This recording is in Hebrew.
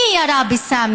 מי ירה בסאמי,